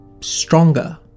stronger